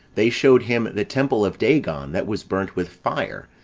they shewed him the temple of dagon that was burnt with fire,